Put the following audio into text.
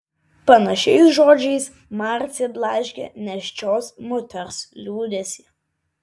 panašiais žodžiais marcė blaškė nėščios moters liūdesį